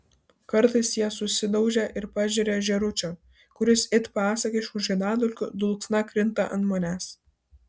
kartais jie susidaužia ir pažeria žėručio kuris it pasakiškų žiedadulkių dulksna krinta ant manęs